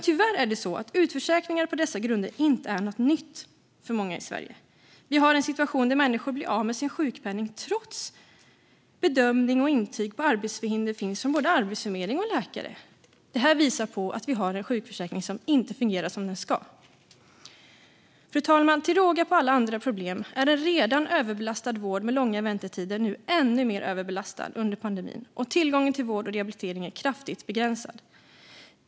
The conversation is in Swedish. Tyvärr är utförsäkringar på dessa grunder inte något nytt för många i Sverige. Vi har en situation där människor blir av med sin sjukpenning trots att bedömning och intyg om arbetsförhinder finns från både arbetsförmedling och läkare. Detta visar att vi har en sjukförsäkring som inte fungerar som den ska. Fru talman! Till råga på alla andra problem är en redan överbelastad vård med långa väntetider nu ännu mer överbelastad under pandemin och tillgången till vård och rehabilitering kraftigt begränsad.